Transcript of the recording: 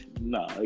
No